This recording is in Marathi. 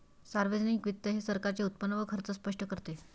सार्वजनिक वित्त हे सरकारचे उत्पन्न व खर्च स्पष्ट करते